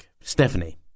Stephanie